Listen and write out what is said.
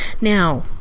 Now